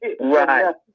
Right